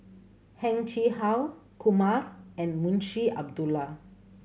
Heng Chee How Kumar and Munshi Abdullah